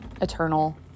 eternal